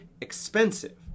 expensive